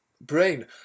brain